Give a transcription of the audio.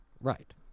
Right